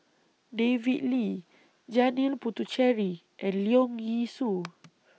David Lee Janil Puthucheary and Leong Yee Soo